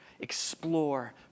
explore